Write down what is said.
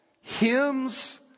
hymns